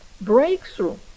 breakthrough